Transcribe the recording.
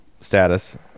status